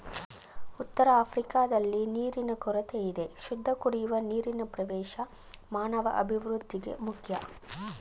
ಉತ್ತರಆಫ್ರಿಕಾದಲ್ಲಿ ನೀರಿನ ಕೊರತೆಯಿದೆ ಶುದ್ಧಕುಡಿಯುವ ನೀರಿನಪ್ರವೇಶ ಮಾನವಅಭಿವೃದ್ಧಿಗೆ ಮುಖ್ಯ